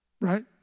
right